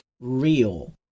real